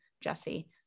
Jesse